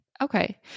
Okay